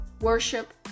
worship